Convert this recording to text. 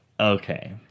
Okay